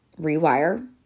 rewire